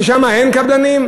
ששם אין קבלנים?